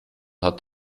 hat